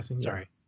Sorry